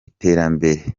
terambere